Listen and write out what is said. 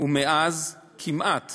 ומאז כמעט